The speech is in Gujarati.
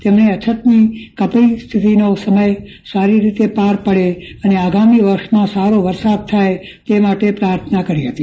તેમને પાણીની અછતની સ્થિતિનો સમથ સારી રીતે પર પડે અને આગામી વર્ષમાં સારો વરસાદ થાય તે માટે પ્રાર્થના કરી હતી